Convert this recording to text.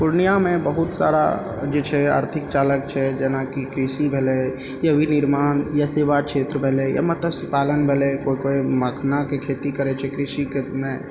पूर्णियाँमे बहुत सारा जे छै आर्थिक चालक छै जेना कि कृषि भेलय या विनिर्माण या सेवा क्षेत्र भेलय या मतस्यपालन भेलय कोइ कोइ मखानाके खेती करय छै कृषिकेमे